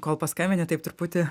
kol paskambini taip truputį